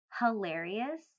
hilarious